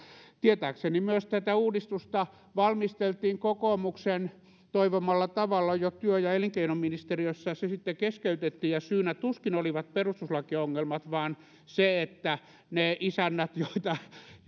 tietääkseni myös tätä uudistusta valmisteltiin kokoomuksen toivomalla tavalla jo työ ja elinkeinoministeriössä ja se sitten keskeytettiin ja syynä tuskin olivat perustuslakiongelmat vaan se että ne isännät näissä järjestöissä